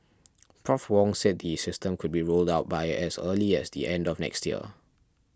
Prof Wong said the system could be rolled out by as early as the end of next year